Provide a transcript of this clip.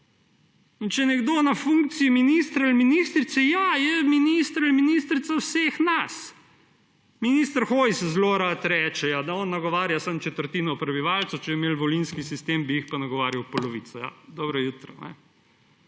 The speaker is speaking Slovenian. Če je nekdo v funkciji ministra ali ministrice, ja, je minister ali ministrica vseh nas. Minister Hojs zelo rad reče, da on nagovarja samo četrtino prebivalcev, če bi imeli »volinski« sistem, bi jih pa nagovarjal polovico. Dobro jutro!